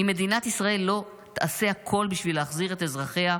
אם מדינת ישראל לא תעשה הכול בשביל להחזיר את אזרחיה,